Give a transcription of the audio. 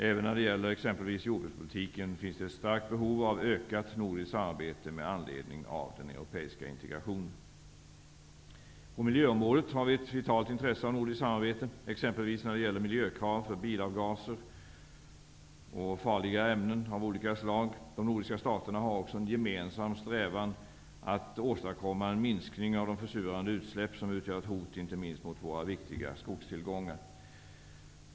Även när det gäller exempelvis jordbrukspolitiken finns det ett starkt behov av ökat nordiskt samarbete med anledning av den europeiska integrationen. På miljöområdet har vi ett vitalt intresse av nordiskt samarbete, exempelvis när det gäller miljökrav för bilavgaser och farliga ämnen av olika slag. De nordiska staterna har också en gemensam strävan att åstadkomma en minskning av de försurande utsläpp som utgör ett hot inte minst mot våra viktiga skogstillgångar.